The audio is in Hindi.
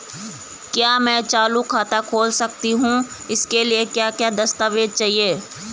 क्या मैं चालू खाता खोल सकता हूँ इसके लिए क्या क्या दस्तावेज़ चाहिए?